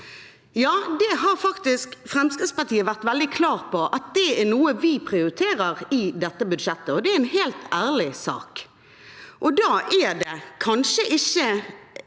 Ja, det har faktisk Fremskrittspartiet vært veldig klar på at er noe vi prioriterer i dette budsjettet, og det er en helt ærlig sak. Da er det kanskje ikke